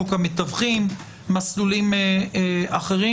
חוק המתווכים ומסלולים אחרים.